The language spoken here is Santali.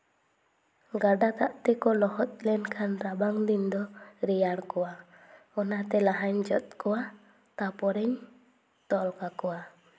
ᱜᱟᱰᱟ ᱫᱟᱜ ᱛᱮᱠᱚ ᱞᱚᱦᱚᱫ ᱞᱮᱱᱠᱷᱟᱱ ᱨᱟᱵᱟᱝ ᱫᱤᱱ ᱫᱚ ᱨᱮᱭᱟᱲ ᱠᱚᱣᱟ ᱚᱱᱟᱛᱮ ᱞᱟᱦᱟᱧ ᱡᱚᱫ ᱠᱚᱣᱟ ᱛᱟᱨᱯᱚᱨᱮᱧ ᱛᱚᱞ ᱠᱟᱠᱚᱣᱟ